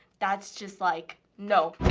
that's just, like, no.